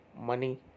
money